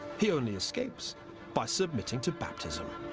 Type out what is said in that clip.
he only escapes by submitting to baptism.